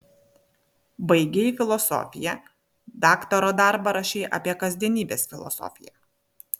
baigei filosofiją daktaro darbą rašei apie kasdienybės filosofiją